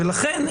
ולכן,